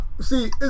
See